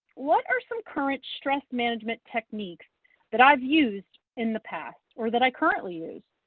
what are some current stress management techniques that i've used in the past or that i currently use?